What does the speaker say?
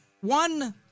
one